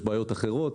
יש בעיות אחרות